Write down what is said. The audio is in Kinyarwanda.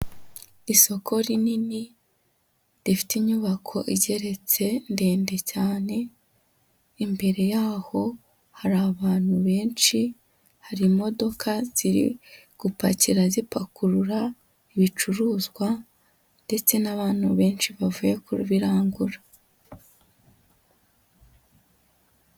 Isoko rinini rifite inyubako igeretse ndende cyane, imbere yaho hari abantu benshi, hari imodoka ziri gupakira zipakurura ibicuruzwa ndetse n'abantu benshi bavuye kubirangura.